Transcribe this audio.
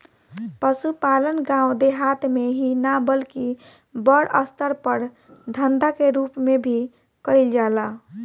पसुपालन गाँव देहात मे ही ना बल्कि बड़ अस्तर पर धंधा के रुप मे भी कईल जाला